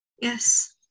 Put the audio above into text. yes